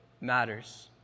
matters